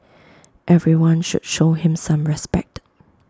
everyone should show him some respect